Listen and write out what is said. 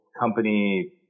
company